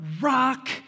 rock